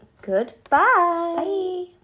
goodbye